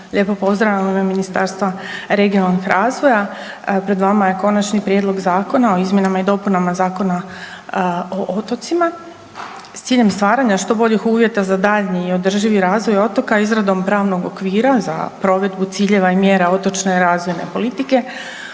skupa pozdravljam u ime Ministarstva regionalnog razvoja. Pred vama je Konačni prijedlog zakona o izmjenama i dopunama Zakona o otocima s ciljem stvaranja što boljih uvjeta za daljnji održivi razvoj otoka izradom pravnog okvira za provedbu ciljeva i mjera otočne razvojne politike.